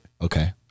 Okay